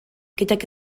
gydag